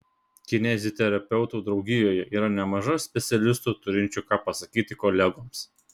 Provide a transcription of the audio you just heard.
kineziterapeutų draugijoje yra nemaža specialistų turinčių ką pasakyti kolegoms